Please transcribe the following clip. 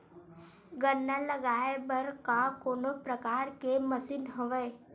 गन्ना लगाये बर का कोनो प्रकार के मशीन हवय?